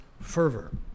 fervor